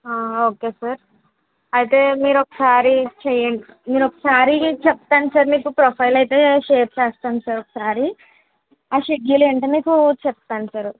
okay sir అయితే మీరు ఒకసారి చెయ్యండి మీరు ఒకసారి చెప్తాను సార్ మీకు ప్రొఫైల్ అయితే షేర్ చేస్తాను సార్ ఒకసారి ఆ షెడ్యూల్ ఏంటో మీకు చెప్తాను సార్